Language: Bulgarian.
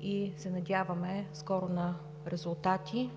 и се надяваме скоро на резултати.